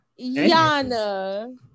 yana